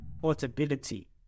portability